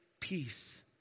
peace